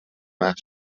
محو